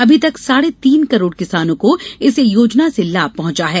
अभी तक साढ़े तीन करोड़ किसानों को इस योजना से लाभ पहुंचा है